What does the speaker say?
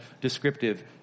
descriptive